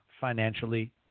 Financially